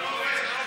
1